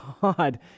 God